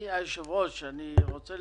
מדינת ישראל יודעת